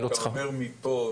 אתה אומר מפה,